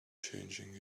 changing